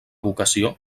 vocació